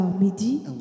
midi